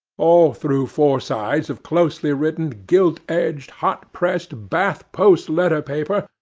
all through four sides of closely-written, gilt-edged, hot-pressed, bath post letter paper,